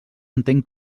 entenc